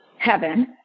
heaven